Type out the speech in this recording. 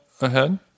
ahead